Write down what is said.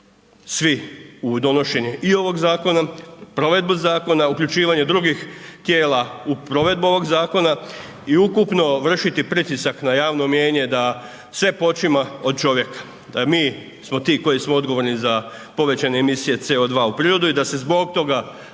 ovog zakona, provedbu zakona, uključivanje drugih tijela u provedbu ovog zakona i ukupno vršiti pritisak na javno mijenje da sve počinje od čovjeka, da mi smo ti koji smo odgovorni za povećane emisije CO2 u prirodu i da se zbog toga